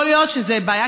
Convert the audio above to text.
יכול להיות שזו בעיה,